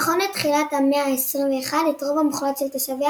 נכון לתחילת המאה ה־21, את הרוב המוחלט של תושביה.